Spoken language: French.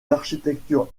l’architecture